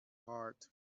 heart